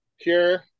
cure